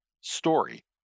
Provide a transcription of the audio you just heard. story